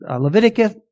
Leviticus